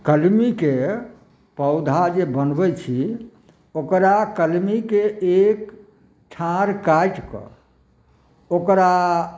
कलमीके पौधा जे बनबै छी ओकरा कलमीके एक ठाढ़ि काटिकऽ ओकरा